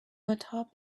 atop